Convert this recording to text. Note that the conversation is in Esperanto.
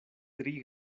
tri